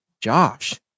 Josh